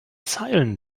zeilen